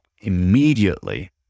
immediately